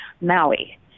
Maui